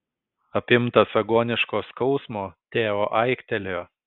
apimtas agoniško skausmo teo aiktelėjo